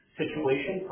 situation